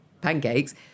pancakes